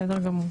בסדר גמור.